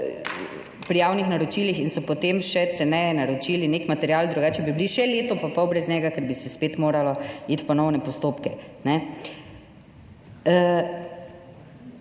pri javnih naročilih, in so potem še ceneje naročili nek material, drugače bi bili še leto pa pol brez njega, ker bi se spet moralo iti v ponovne postopke.